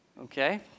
Okay